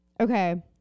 Okay